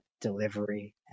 delivery